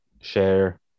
share